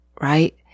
right